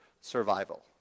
survival